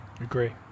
Agree